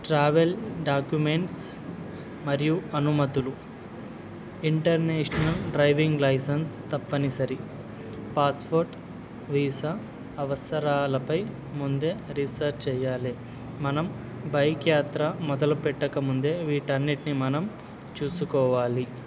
travel documents మరియు అనుమతులు international driving licence తప్పనిసరి పాస్పోర్ట్ వీసా అవసరాలపై ముందే రీసెర్చ్ చెయాలి మనం బైక్ యాత్ర మొదలుపెట్టకముందే వీటన్నిటినీ మనం చూసుకోవాలి